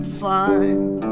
fine